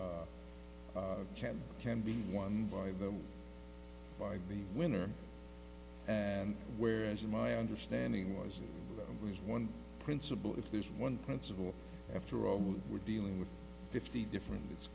chad can be won by them by the winner and where as in my understanding was it was one principle if there's one principle after all we're dealing with fifty different it's